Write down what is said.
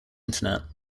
internet